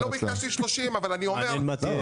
אני לא ביקשתי 30,000, אבל זו